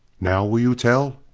now will you tell?